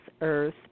earth